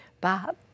Bob